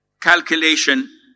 calculation